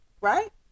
right